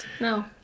No